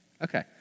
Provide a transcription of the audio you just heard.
Okay